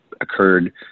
occurred